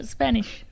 Spanish